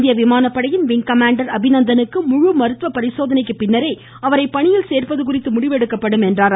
இந்திய விமானப்படையின் wing commander அபிநந்தனுக்கு முழு மருத்துவ பரிசோதனைக்கு பின்னரே அவரை பணியில் சேர்ப்பது குறித்து முடிவெடுக்கப்படும் என்றார்